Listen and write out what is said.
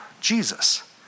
Jesus